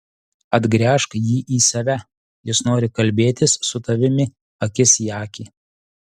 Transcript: atgręžk jį į save jis nori kalbėtis su tavimi akis į akį